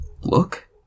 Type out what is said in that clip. look